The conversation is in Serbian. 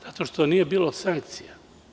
Zato što nije bilo sankcija.